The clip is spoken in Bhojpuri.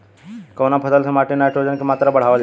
कवना फसल से माटी में नाइट्रोजन के मात्रा बढ़ावल जाला?